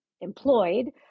employed